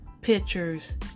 pictures